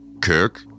Kirk